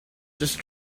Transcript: just